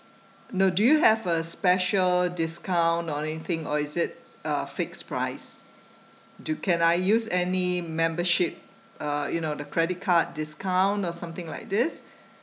no do you have a special discount or anything or is it a fixed price do can I use any membership uh you know the credit card discount or something like this